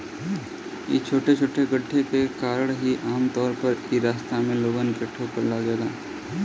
इ छोटे छोटे गड्ढे के कारण ही आमतौर पर इ रास्ता में लोगन के ठोकर लागेला